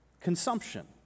consumption